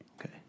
Okay